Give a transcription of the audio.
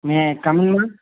May I come in ma'am